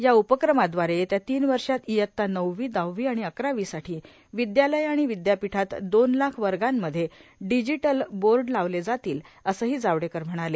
या उपक्रमाद्वारे येत्या तीन वर्षात इयत्ता नववी दहावी आणि अकरावीसाठी विद्यालयं आणि विद्यापीठात दोन लाख वर्गांमध्ये डिजीटल बोर्ड लावले जातील असंही जावडेकर म्हणाले